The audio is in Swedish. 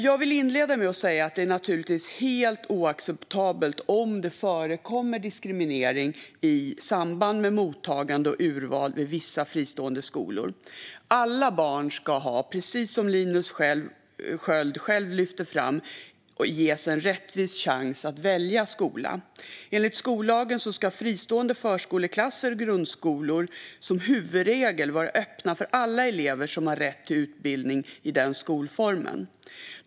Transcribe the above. Jag vill inleda med att säga att det naturligtvis är helt oacceptabelt om det förekommer diskriminering i samband med mottagande och urval vid vissa fristående skolor. Alla barn ska, precis som Linus Sköld själv lyfter fram, ges en rättvis chans att välja skola. Enligt skollagen ska fristående förskoleklasser och grundskolor som huvudregel vara öppna för alla elever som har rätt till utbildning i den skolformen.